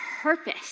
purpose